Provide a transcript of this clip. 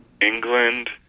England